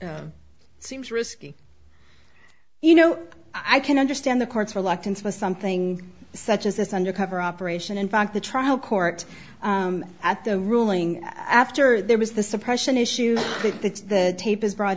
it seems risky you know i can understand the court's reluctance about something such as this undercover operation in fact the trial court at the ruling after there was the suppression issue that the tape is brought